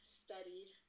studied